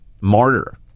martyr